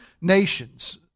nations